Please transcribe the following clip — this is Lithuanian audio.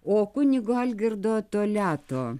o kunigo algirdo toliato